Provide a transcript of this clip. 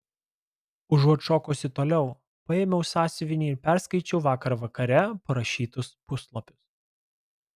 užuot šokusi toliau paėmiau sąsiuvinį ir perskaičiau vakar vakare parašytus puslapius